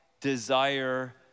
desire